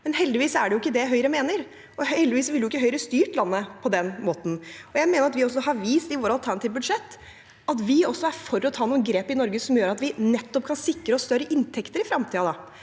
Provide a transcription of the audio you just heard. NTP. Heldigvis er det ikke det Høyre mener, og heldigvis ville ikke Høyre styrt landet på den måten. Jeg mener vi har vist i vårt alternative budsjett at vi også er for å ta noen grep i Norge som gjør at vi nettopp kan sikre oss større inntekter i fremtiden.